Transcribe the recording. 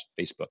Facebook